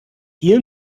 hier